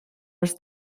els